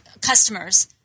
customers